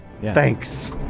Thanks